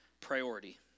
priority